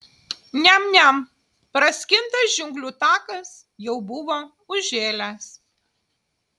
niam niam praskintas džiunglių takas jau buvo užžėlęs